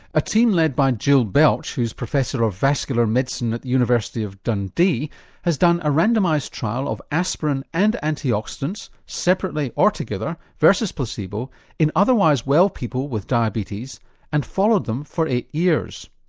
a team led by jill belch who's professor of vascular medicine at the university of dundee has done a randomised trial of aspirin and antioxidants separately or together versus placebo in otherwise well people with diabetes and followed them for eight years.